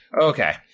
Okay